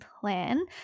plan